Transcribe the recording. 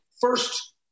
first